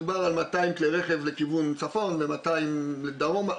מדובר על 200 כלי רכב לכיוון צפון ו-150 דרומה,